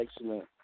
excellent